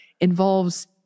involves